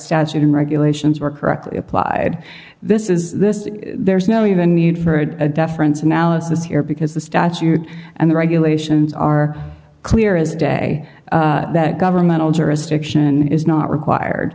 ute and regulations were correctly applied this is this there's no even need for a deference analysis here because the statute and the regulations are clear as day that governmental jurisdiction is not required